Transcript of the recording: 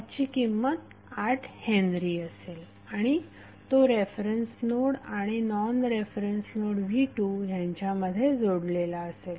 त्याची किंमत 8 हेन्री असेल आणि तो रेफरन्स नोड आणि नॉन रेफरन्स नोड v2 यांच्यामध्ये जोडलेला असेल